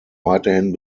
weiterhin